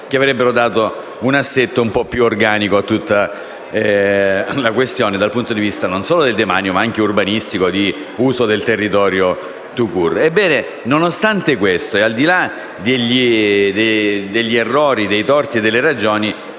che avrebbero dato un assetto un po' più organico a tutta la questione dal punto di vista non solo del demanio, ma anche urbanistico e di uso del territorio *tout court*. Ebbene, nonostante questo e al di là degli errori, dei torti e delle ragioni,